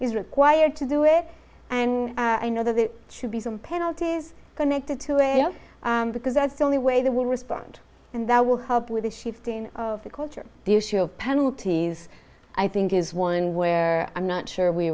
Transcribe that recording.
is required to do it and i know that it should be some penalties connected to a zero because that's the only way they will respond and that will help with the shifting of the culture the issue of penalties i think is one where i'm not sure we